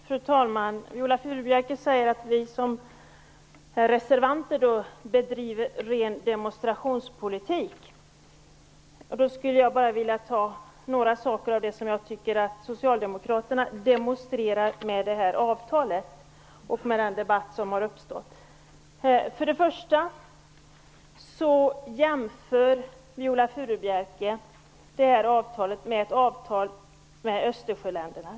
Fru talman! Viola Furubjelke säger att vi som reservanter bedriver ren demonstrationspolitik. Jag skulle då vilja ta upp några av de saker som jag tycker att Socialdemokraterna demonstrerar med det här avtalet och med den debatt som har uppstått. Viola Furubjelke jämför det här avtalet med ett avtal med Östersjöländerna.